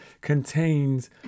contains